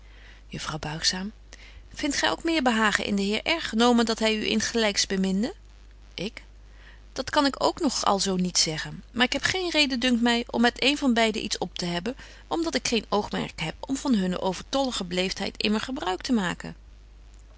juffrouw buigzaam vindt gy ook meer behagen in den heer r genomen dat hy u insgelyks beminde ik dat kan ik ook nog al zo niet zeggen maar ik heb geen reden dunkt my om met een betje wolff en aagje deken historie van mejuffrouw sara burgerhart van beide iets optehebben om dat ik geen oogmerk heb om van hunne overtollige beleeftheid immer gebruik te maken